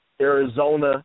Arizona